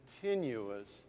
continuous